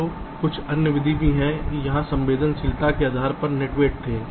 तो कुछ अन्य विधि भी थी जहां संवेदनशीलता के आधार पर नेट वेट थे